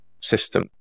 system